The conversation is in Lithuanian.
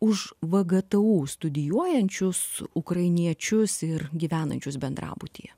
už vgtu studijuojančius ukrainiečius ir gyvenančius bendrabutyje